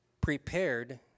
prepared